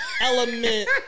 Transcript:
element